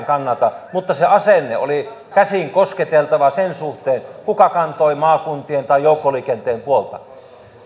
kannata mutta se asenne oli käsin kosketeltava sen suhteen kuka kantoi maakuntien tai joukkoliikenteen puolta